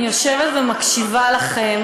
אני יושבת ומקשיבה לכם,